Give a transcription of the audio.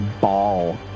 ball